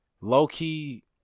low-key